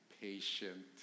patient